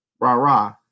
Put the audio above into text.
rah-rah